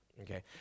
Okay